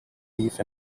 beef